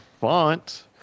font